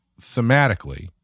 thematically